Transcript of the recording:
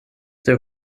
der